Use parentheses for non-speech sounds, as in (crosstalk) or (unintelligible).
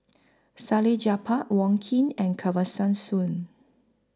Salleh Japar Wong Keen and (unintelligible) Soon